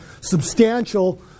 substantial